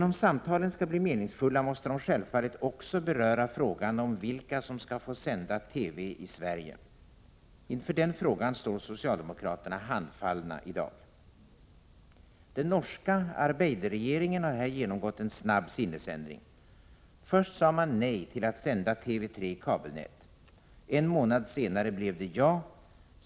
Om samtalen skall bli meningsfulla måste de självfallet också beröra frågan om vem som skall få sända TV i Sverige. Inför den frågan står socialdemokraterna handfallna i dag. Den norska arbeiderregeringen har här genomgått en snabb sinnesändring. Först sade man nej till att sända TV 3 i kabelnät. En månad senare blev det ja.